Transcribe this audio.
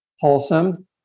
wholesome